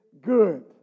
good